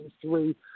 three